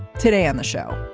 today on the show.